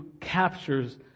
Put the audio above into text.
captures